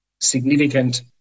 significant